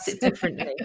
differently